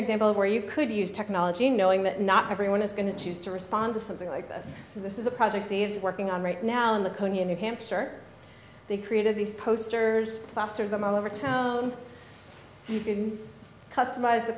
example of where you could use technology knowing that not everyone is going to choose to respond to something like this so this is a project dave's working on right now in the code you new hampshire they created these posters plastered them all over town you can customize